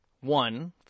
one